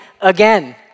again